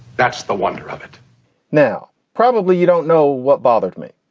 that's the wonder of it now, probably you don't know what bothered me.